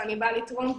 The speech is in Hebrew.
שאני באה לתרום,